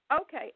Okay